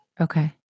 Okay